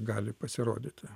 gali pasirodyti